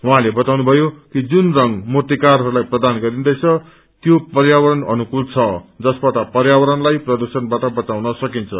उहाँले बताउनुभयो कि जुन रंग मूर्तिकारहरूलाई प्रदान गरिंदैछ त्यो पर्यावरण अनुकूल छ जसबाट पर्यावरणलाई प्रदूषणबाट बचाउन सकिन्छ